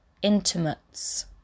intimates